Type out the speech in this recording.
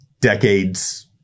decades